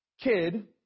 kid